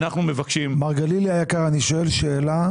מר גלילי היקר, אני שואל שאלה.